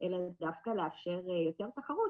זה מתחבר לסעיף הזה וזה קשור לסעיף הזה.